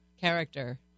character